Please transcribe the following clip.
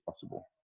possible